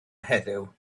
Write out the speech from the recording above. heddiw